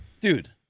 Dude